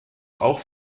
auch